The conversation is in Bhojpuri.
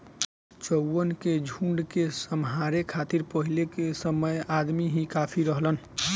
चउवन के झुंड के सम्हारे खातिर पहिले के समय अदमी ही काफी रहलन